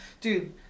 dude